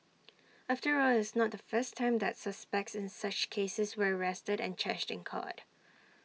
after all it's not the first time that suspects in such cases were arrested and charged in court